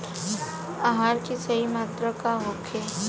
आहार के सही मात्रा का होखे?